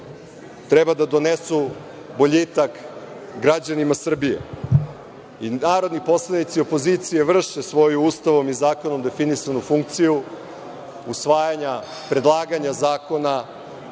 treba da donesu boljitak građanima Srbije. I narodni poslanici opozicije vrše svoju Ustavom i zakonom definisanu funkciju – usvajanja i predlaganja zakona